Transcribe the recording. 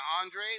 Andre